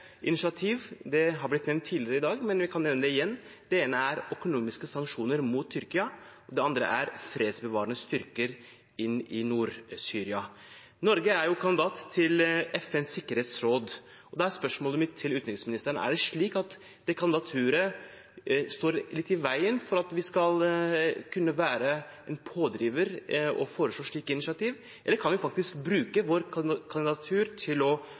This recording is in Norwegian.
initiativ har blitt nevnt tidligere i dag, men jeg kan nevne dem igjen. Det ene er økonomiske sanksjoner mot Tyrkia, det andre er fredsbevarende styrker inn i Nord-Syria. Norge er jo kandidat til FNs sikkerhetsråd, og da er spørsmålet mitt til utenriksministeren: Er det slik at det kandidaturet står litt i veien for at vi skal kunne være en pådriver og foreslå slike initiativ, eller kan vi faktisk bruke vårt kandidatur til å